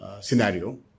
scenario